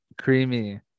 creamy